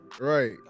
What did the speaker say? right